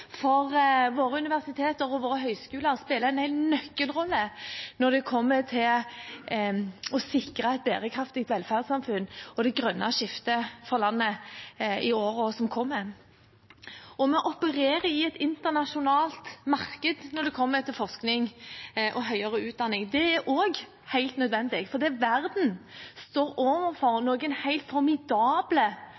for våre universiteter og våre høyskoler spiller en nøkkelrolle når det kommer til å sikre et bærekraftig velferdssamfunn og det grønne skiftet for landet i årene som kommer. Vi opererer i et internasjonalt marked når det kommer til forskning og høyere utdanning. Det er også helt nødvendig, for verden står overfor